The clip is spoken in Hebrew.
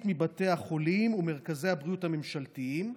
מבתי החולים ומרכזי הבריאות הממשלתיים,